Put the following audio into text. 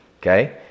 okay